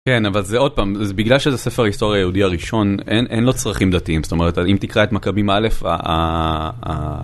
כן אבל זה עוד פעם זה בגלל שזה ספר היסטוריה יהודי הראשון אין לו צרכים דתיים זאת אומרת אם תקרא את מכבים א.